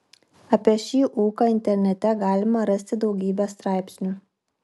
apie šį ūką internete galima rasti daugybę straipsnių